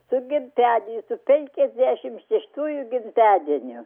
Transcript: su gimtadieniu su penkiasdešim šeštuoju gimtadieniu